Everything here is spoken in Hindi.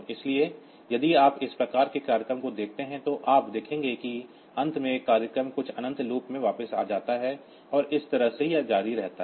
इसलिए यदि आप इस प्रकार के प्रोग्रामों को देखते हैं तो आप देखेंगे कि अंत में प्रोग्राम कुछ अनंत लूप में वापस आ जाता है और इस तरह से यह जारी रहता है